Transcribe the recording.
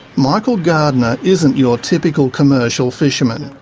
michael gardner isn't your typical commercial fisherman.